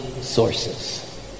sources